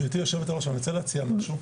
גבירתי יושבת הראש, אני רוצה להציע משהו.